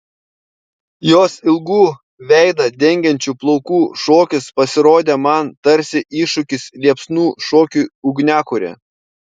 jos ilgų veidą dengiančių plaukų šokis pasirodė man tarsi iššūkis liepsnų šokiui ugniakure